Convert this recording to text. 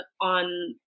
on